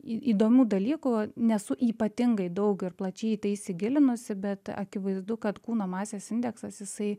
į įdomių dalykų nesu ypatingai daug ir plačiai į tai įsigilinusi bet akivaizdu kad kūno masės indeksas jisai